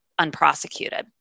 unprosecuted